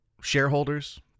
shareholders